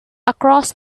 across